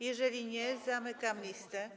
Jeżeli nie, zamykam listę.